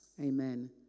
Amen